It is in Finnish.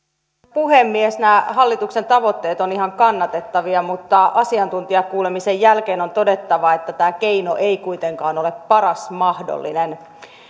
puhemies nämä hallituksen tavoitteet ovat ihan kannatettavia mutta asiantuntijakuulemisen jälkeen on todettava että keino ei kuitenkaan ole paras mahdollinen